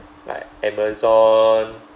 like Amazon